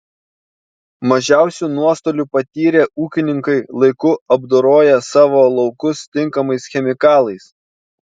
mažiausių nuostolių patyrė ūkininkai laiku apdoroję savo laukus tinkamais chemikalais